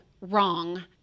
wrong